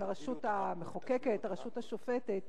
בין הרשות המחוקקת והרשות השופטת.